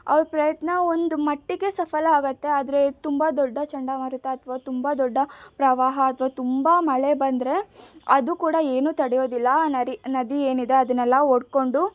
ಅವರ ಪ್ರಯತ್ನ ಒಂದು ಮಟ್ಟಿಗೆ ಸಫಲ ಆಗತ್ತೆ ಆದ್ರೆ ತುಂಬ ದೊಡ್ಡ ಚಂಡಮಾರುತ ಅಥವಾ ತುಂಬ ದೊಡ್ಡ ಪ್ರವಾಹ ಅಥವಾ ತುಂಬ ಮಳೆ ಬಂದರೆ ಅದು ಕೂಡ ಏನು ತಡೆಯೋದಿಲ್ಲ ಆ ನರಿ ನದಿ ಏನಿದೆ ಅದನ್ನೆಲ್ಲ ಒಡ್ಕೊಂಡು